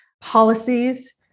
policies